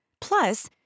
Plus